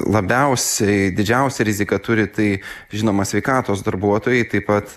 labiausiai didžiausią riziką turi tai žinoma sveikatos darbuotojai taip pat